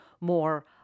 more